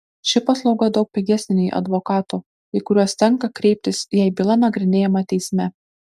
ši paslauga daug pigesnė nei advokatų į kuriuos tenka kreiptis jei byla nagrinėjama teisme